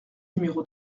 numéro